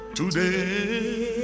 today